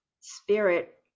spirit